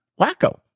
wacko